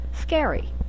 Scary